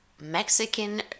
Mexican